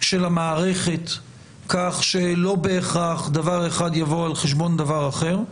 של המערכת כך שלא בהכרח דבר אחד יבוא על חשבון דבר אחר.